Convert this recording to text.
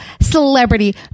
celebrity